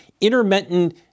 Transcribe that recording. intermittent